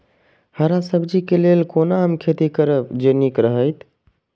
हरा सब्जी के लेल कोना हम खेती करब जे नीक रहैत?